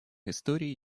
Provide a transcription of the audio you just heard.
истории